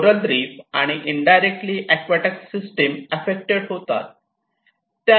coral reef आणि indirectly aquatic system affected होतात